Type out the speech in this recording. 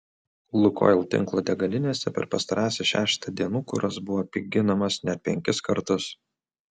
lukoil tinklo degalinėse per pastarąsias šešetą dienų kuras buvo piginamas net penkis kartus